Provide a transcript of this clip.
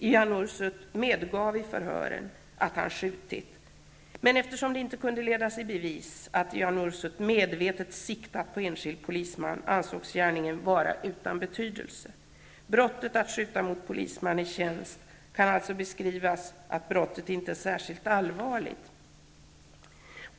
Ion Ursut medgav vid förhör att han skjutit, men eftersom det inte kunde ledas i bevis att han medvetet siktat på enskild polisman ansågs gärningen vara utan betydelse. Brottet att skjuta mot polisman i tjänst kan alltså beskrivas som inte särskilt allvarligt.